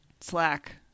Slack